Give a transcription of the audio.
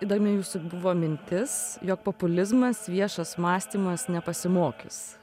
įdomi jūsų buvo mintis jog populizmas viešas mąstymas nepasimokys